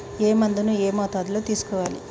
ఏ మందును ఏ మోతాదులో తీసుకోవాలి?